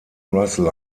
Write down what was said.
russell